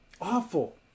Awful